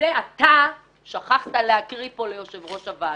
אתה שכחת להקריא פה ליושב-ראש הוועדה.